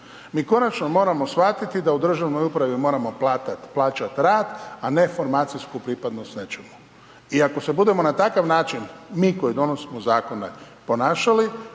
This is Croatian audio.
Mi konačno moramo shvatiti, da u državnoj upravi moramo plaćati rad, a ne formacijsku pripadnost nečemu. I ako se budemo na takav način, mi koji donosimo zakone ponašali,